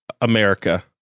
America